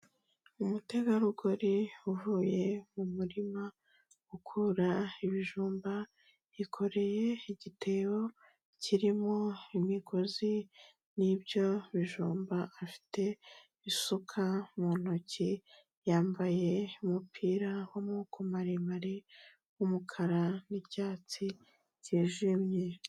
Umutegarugori uvuye mu murima gukura ibijumba, yikoreye igitebo kirimo imigozi n'ibyo bijumba, afite isuka mu ntoki, yambaye umupira w'amaboko maremare w'umukara n'icyatsi cyijimye.